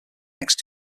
next